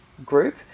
group